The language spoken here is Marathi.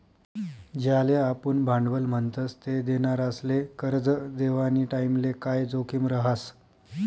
ज्याले आपुन भांडवल म्हणतस ते देनारासले करजं देवानी टाईमले काय जोखीम रहास